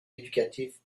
éducatifs